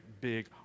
big